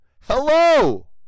Hello